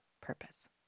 purpose